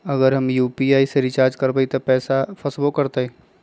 अगर हम यू.पी.आई से रिचार्ज करबै त पैसा फसबो करतई?